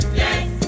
yes